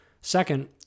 Second